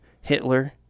Hitler